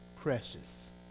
precious